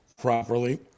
properly